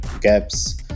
gaps